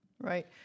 Right